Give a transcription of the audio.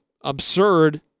absurd